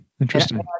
Interesting